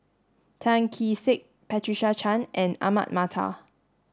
Tan Kee Sek Patricia Chan and Ahmad Mattar